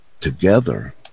together